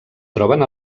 troben